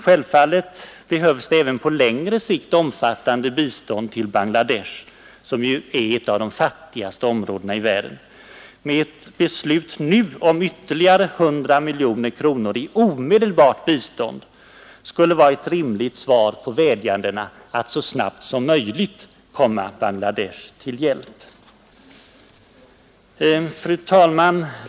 Självfallet behövs det även på längre sikt omfattande bistånd till Bangladesh, som ju är ett av de fattigaste områdena i världen, men ett beslut nu om ytterligare 100 miljoner i omedelbart bistånd skulle vara ett rimligt svar på vädjandena att så snart som möjligt komma Bangladesh till hjälp. Fru talman!